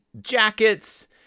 jackets